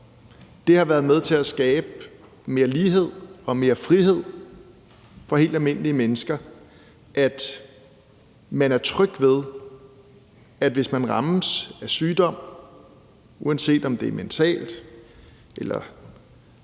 Det har været med til at skabe mere lighed og mere frihed for helt almindelige mennesker, at man er tryg ved, at hvis man rammes af sygdom, uanset om det er mentale eller